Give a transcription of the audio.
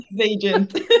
agent